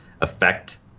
affect